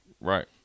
Right